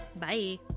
Bye